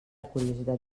curiositat